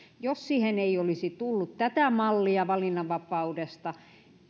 jos siihen ei olisi tullut tätä mallia valinnanvapaudesta